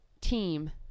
team